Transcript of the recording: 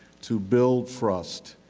to build trust,